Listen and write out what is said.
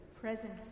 present